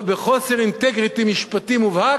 אבל בחוסר אינטגריטי משפטי מובהק,